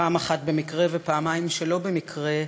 פעם אחת במקרה ופעמיים שלא במקרה,